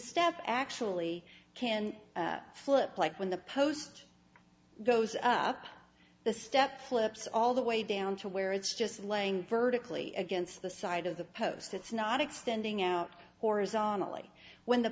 step actually can flip like when the post goes up the steps flips all the way down to where it's just laying vertically against the side of the post it's not extending out horizontally when the